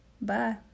Bye